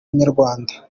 banyarwanda